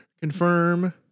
confirm